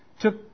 took